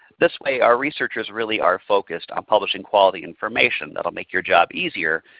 this way our researchers really are focused on publishing quality information that'll make your job easier.